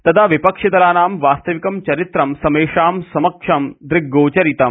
तदा विपक्षिदलानां वास्तविकं चरित्रं समेषां समक्षं द्रग्गोचरितम्